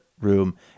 room